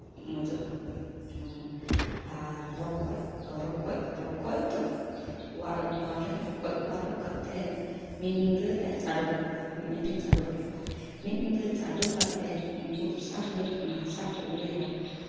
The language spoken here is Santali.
ᱢᱚᱡᱚᱜᱼᱟ ᱟᱨ ᱨᱚᱠᱚᱡ ᱨᱚᱠᱚᱡ ᱫᱚ ᱚᱣᱟᱨ ᱟᱹᱜᱩ ᱠᱚᱣᱟᱞᱮ ᱨᱚᱠᱚᱡ ᱚᱣᱟᱨ ᱟᱹᱜᱩ ᱠᱟᱛᱮᱫ ᱢᱤᱫ ᱧᱤᱫᱟᱹᱞᱮ ᱪᱟᱰᱚ ᱠᱟᱠᱚᱣᱟ ᱢᱤᱫ ᱧᱤᱫᱟᱹᱧ ᱪᱟᱰᱚ ᱠᱟᱠᱚᱣᱟ ᱢᱤᱫ ᱧᱤᱫᱟᱹ ᱪᱟᱰᱳ ᱠᱟᱛᱮᱫ ᱩᱱᱠᱩ ᱫᱚᱥᱟᱨ ᱦᱤᱞᱳᱜ ᱚᱱᱟ ᱦᱟᱥᱟ ᱠᱚ ᱩᱞᱟᱹᱭᱟ